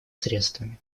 средствами